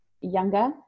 younger